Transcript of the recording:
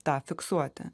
tą fiksuoti